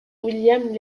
wilhelm